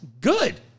good